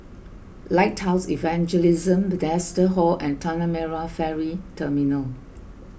Lighthouse Evangelism Bethesda Hall and Tanah Merah Ferry Terminal